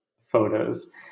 photos